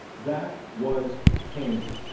that was pain.